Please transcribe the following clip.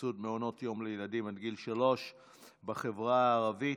סבסוד מעונות יום עד גיל שלוש בחברה הערבית,